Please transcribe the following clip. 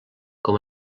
com